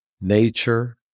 nature